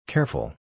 Careful